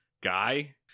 guy